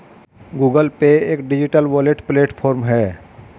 Google pay एक digital wallet platform है